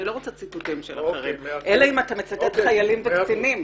אלא אם אתה מצטט חיילים וקצינים